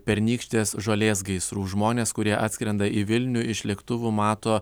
pernykštės žolės gaisrų žmonės kurie atskrenda į vilnių iš lėktuvų mato